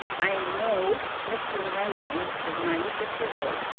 i know mr. lorenzen is ninety six years old.